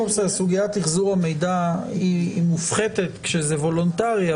סוגיית אחזור המידע היא מופחתת כשזה וולונטרי,